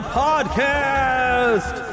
podcast